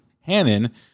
Hannon